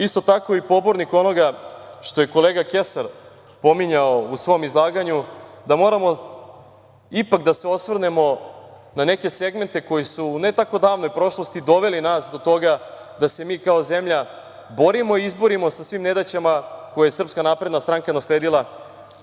isto tako sam i pobornik onoga što je kolega Kesar pominjao u svom izlaganju, da moramo ipak da se osvrnemo na neke segmente koji su u ne tako davnoj prošlosti doveli nas do toga da se mi kao zemlja borimo i izborimo sa svim nedaćama koje je SNS nasledila kao neka